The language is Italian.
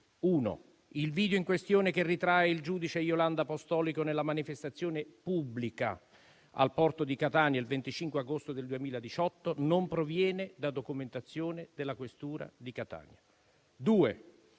che il video in questione che ritrae il giudice Iolanda Apostolico nella manifestazione pubblica al porto di Catania il 25 agosto del 2018 non proviene da documentazione della questura di Catania. In